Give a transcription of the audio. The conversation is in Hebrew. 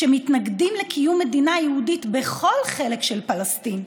שמתנגדים לקיום מדינה יהודית בכל חלק של פלסטין.